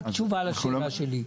רק תשובה לשאלה שלי.